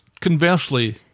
Conversely